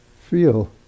Feel